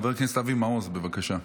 חבר הכנסת אבי מעוז, בבקשה.